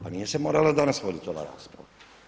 Pa nije se morala danas vodit ova rasprava.